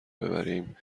ببریم